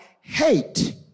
hate